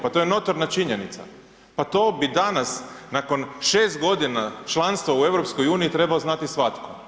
Pa to je notorna činjenica, pa to bi danas nakon 6 godina članstva u EU trebao znati svatko.